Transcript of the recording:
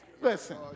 Listen